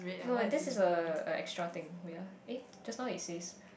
no this is a a extra thing oh ya eh just now it says